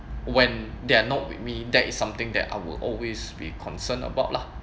when they are not with me that is something that I would always be concerned about lah